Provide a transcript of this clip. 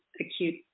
acute